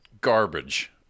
garbage